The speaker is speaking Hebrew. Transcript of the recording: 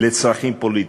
לצרכים פוליטיים.